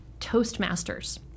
toastmasters